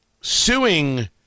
suing